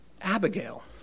Abigail